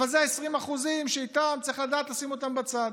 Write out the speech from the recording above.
אבל אלה ה-20% שצריכים לדעת לשים אותם בצד.